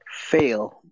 fail